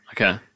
Okay